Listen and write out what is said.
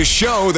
show